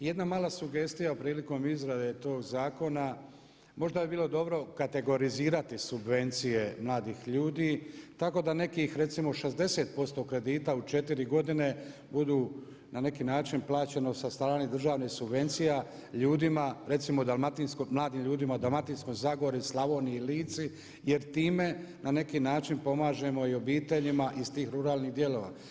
Jedna mala sugestija prilikom izrade tog zakona, možda bi bilo dobro kategorizirati subvencije mladih ljudi tako da nekih 60% kredita u 4 godine budu na neki način plaćeno sa strane državnih subvencija ljudima recimo, mladim ljudima u Dalmatinskoj Zagori, Slavoniji i Lici jer time na neki način pomažemo i obiteljima iz tih ruralnih dijelova.